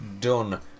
Done